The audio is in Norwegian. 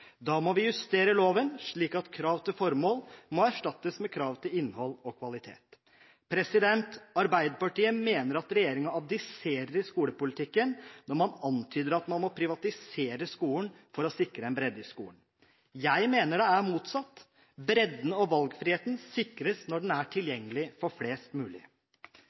Da må vi justere loven slik at krav til formål må erstattes med krav til innhold og kvalitet.» Arbeiderpartiet mener at regjeringen abdiserer i skolepolitikken når man antyder at man må privatisere skolen for å sikre bredde i skolen. Jeg mener det er motsatt. Bredden og valgfriheten sikres når den er tilgjengelig for flest mulig.